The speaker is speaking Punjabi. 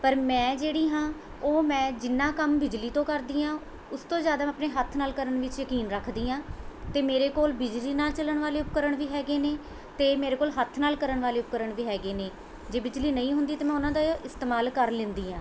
ਪਰ ਮੈਂ ਜਿਹੜੀ ਹਾਂ ਉਹ ਮੈਂ ਜਿੰਨਾਂ ਕੰਮ ਬਿਜਲੀ ਤੋਂ ਕਰਦੀ ਹਾਂ ਉਸ ਤੋਂ ਜ਼ਿਆਦਾ ਮੈਂ ਆਪਣੇ ਹੱਥ ਨਾਲ਼ ਕਰਨ ਵਿੱਚ ਯਕੀਨ ਰੱਖਦੀ ਹਾਂ ਅਤੇ ਮੇਰੇ ਕੋਲ ਬਿਜਲੀ ਨਾਲ਼ ਚੱਲਣ ਵਾਲੀ ਉਪਕਰਨ ਵੀ ਹੈਗੇ ਨੇ ਅਤੇ ਮੇਰੇ ਕੋਲ ਹੱਥ ਨਾਲ ਕਰਨ ਵਾਲੇ ਉਪਕਰਨ ਵੀ ਹੈਗੇ ਨੇ ਜੇ ਬਿਜਲੀ ਨਹੀਂ ਹੁੰਦੀ ਤਾਂ ਮੈਂ ਉਹਨਾਂ ਦਾ ਇਸਤੇਮਾਲ ਕਰ ਲਿੰਦੀ ਹਾਂ